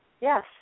Yes